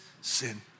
sin